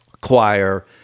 choir